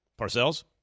Parcells